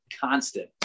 constant